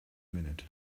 minute